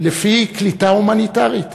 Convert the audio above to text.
לפי קליטה הומניטרית.